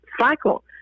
cycle